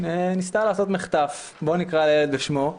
ניסתה לעשות מחטף בואו נקרא לילד בשמו.